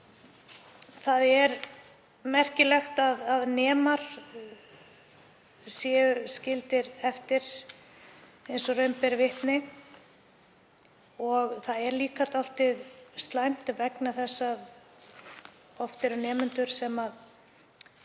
Það er merkilegt að nemar séu skildir eftir eins og raun ber vitni. Það er líka dálítið slæmt vegna þess að oft eru nemendur sem